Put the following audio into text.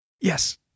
Yes